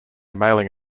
mailing